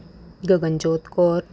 Gaganjot Kaur